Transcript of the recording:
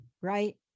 right